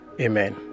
Amen